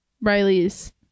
Riley's